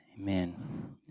Amen